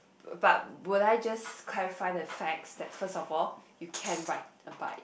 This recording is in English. but would I just clarify the facts that first all you can't ride a bike